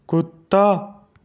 کتا